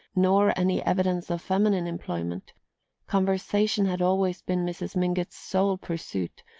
nor any evidence of feminine employment conversation had always been mrs. mingott's sole pursuit,